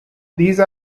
these